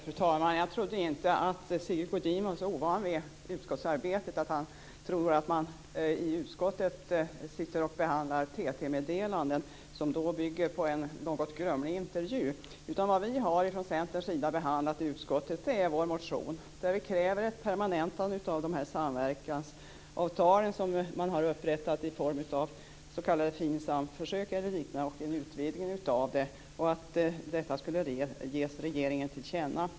Fru talman! Jag trodde inte att Sigge Godin var så ovan vid utskottsarbete att han trodde att utskottet sitter och behandlar TT-meddelanden som dessutom bygger på en något grumlig intervju. Vi från Centern har i utskottet behandlat vår motion. Där kräver vi ett permanentande av de samverkansavtal som har upprättats i form av s.k. FINSAM-försök eller liknande samt en utvidgning av det hela. Detta skall ges regeringen till känna.